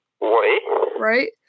right